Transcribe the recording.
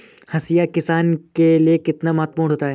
हाशिया किसान के लिए कितना महत्वपूर्ण होता है?